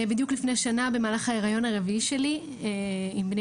בדיוק לפני שנה במהלך ההריון הרביעי שלי עם בני